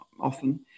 often